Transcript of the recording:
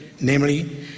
Namely